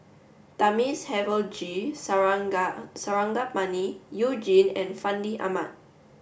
Thamizhavel G Sarangapani You Jin and Fandi Ahmad